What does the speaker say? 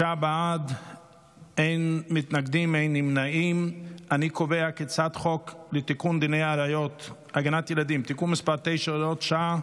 ההצעה להעביר את הצעת חוק דיני הראיות (הגנת ילדים) (תיקון מס' 19,